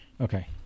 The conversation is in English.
Okay